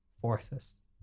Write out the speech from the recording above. Forces